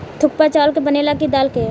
थुक्पा चावल के बनेला की दाल के?